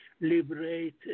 liberate